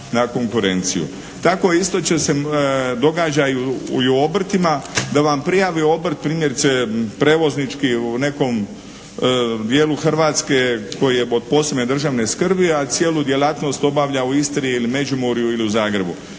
Tako isto će se događa i u obrtima, da vam prijavi obrt primjerice prijevoznički u nekom dijelu Hrvatske koji je od posebne državne skrbi, a cijelu djelatnost obavlja u Istri ili Međimurju ili u Zagrebu.